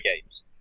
games